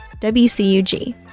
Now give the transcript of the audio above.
WCUG